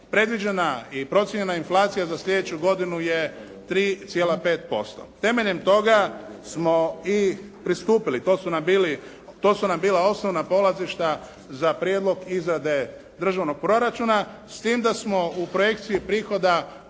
Predviđena i procijenjena inflacija za sljedeću godinu je 3,5%. Temeljem toga smo i pristupili. To su nam bila osnovna polazišta za prijedlog izrade državnog proračuna s tim da smo u projekciji prihoda